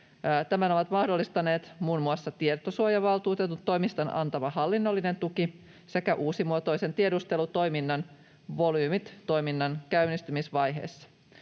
Tämän ovat mahdollistaneet muun muassa Tietosuojavaltuutetun toimiston antama hallinnollinen tuki sekä uusimuotoisen tiedustelutoiminnan volyymit toiminnan käynnistymisvaiheessa.